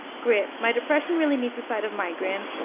great, my depression really needs a side of migraine.